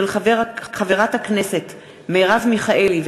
מאת חברי הכנסת מרב מיכאלי,